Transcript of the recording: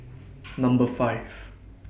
Number five